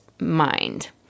mind